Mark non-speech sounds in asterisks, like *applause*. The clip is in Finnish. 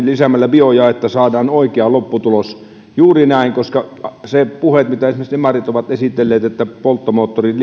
*unintelligible* lisäämällä liikennepolttoaineisiin biojaetta saadaan oikea lopputulos juuri näin koska ne puheet mitä esimerkiksi demarit ovat esitelleet että polttomoottorit *unintelligible*